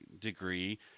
degree